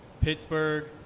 Pittsburgh